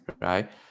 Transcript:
right